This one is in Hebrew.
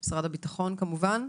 הוא ממשרד הביטחון כמובן.